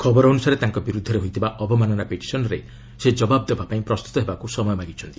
ଖବର ଅନୁସାରେ ତାଙ୍କ ବିରୁଦ୍ଧରେ ହୋଇଥିବା ଅବମାନନା ପିଟିସନ୍ରେ ସେ ଜବାବ ଦେବା ପାଇଁ ପ୍ରସ୍ତୁତ ହେବାକୁ ସମୟ ମାଗିଛନ୍ତି